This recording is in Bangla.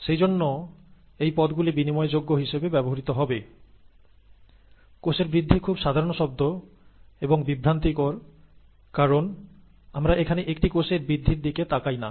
সেই জন্য এই পদ গুলি বিনিময়যোগ্য হিসেবে ব্যবহৃত হবে কোষের বৃদ্ধি খুব 'সাধারন শব্দ' এবং বিভ্রান্তিকর কারণ আমরা এখানে একটি কোষের বৃদ্ধির দিকে তাকাই না